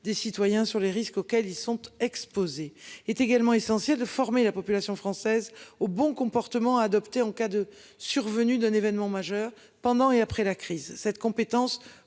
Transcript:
des citoyens sur les risques auxquels ils sont exposés est également essentiel de former la population française aux bons comportements à adopter en cas de survenue d'un événement majeur pendant et après la crise cette compétence